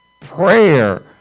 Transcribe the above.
prayer